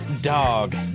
dog